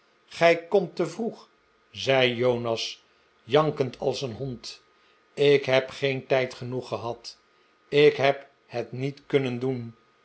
gij komt te vroeg zei jonas jankend als een hond f ik heb geen tijd genoeg gehad ik heb het niet kunnen doen